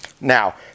Now